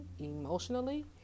emotionally